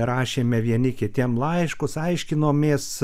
rašėme vieni kitiem laiškus aiškinomės